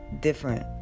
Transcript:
different